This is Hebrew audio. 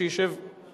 אין נמנעים,